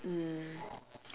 um